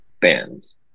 bands